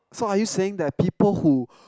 so are you saying that people who